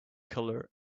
color